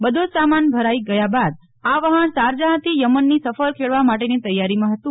બધો જ સામાન ભરાઈ ગયા બાદ આ વહાણ શારજાહથી યમનની સફર ખેડવા માટેની તેયારીમાં હતું